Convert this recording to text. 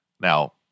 Now